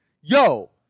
yo